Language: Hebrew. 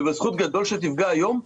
ובסכום גדול שתפגע היום,